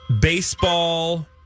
Baseball